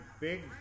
big